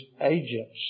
agents